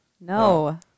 No